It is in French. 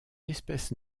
espèce